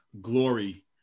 glory